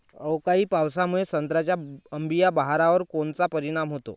अवकाळी पावसामुळे संत्र्याच्या अंबीया बहारावर कोनचा परिणाम होतो?